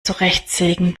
zurechtsägen